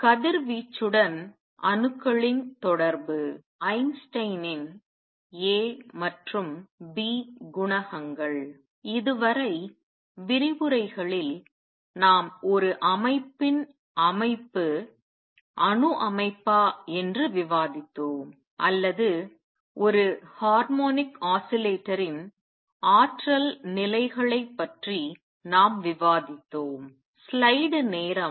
கதிர்வீச்சுடன் அணுக்களின் தொடர்பு ஐன்ஸ்டீனின் A மற்றும் B குணகங்கள் இதுவரை விரிவுரைகளில் நாம் ஒரு அமைப்பின் அமைப்பு அணு அமைப்பா என்று விவாதித்தோம் அல்லது ஒரு ஹார்மோனிக் ஆஸிலேட்டரின் ஆற்றல் நிலைகளைப் பற்றி நாம் விவாதித்தோம்